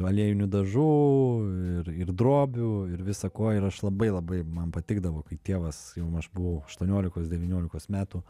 aliejinių dažų ir ir drobių ir visa ko ir aš labai labai man patikdavo kai tėvas jau aš buvau aštuoniolikos devyniolikos metų